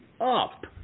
up